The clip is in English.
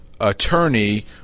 attorney